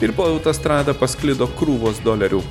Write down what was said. ir po autostradą pasklido krūvos dolerių